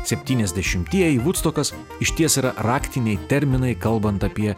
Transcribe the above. septyniasdešimtieji vudstokas išties yra raktiniai terminai kalbant apie